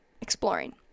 exploring